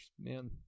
man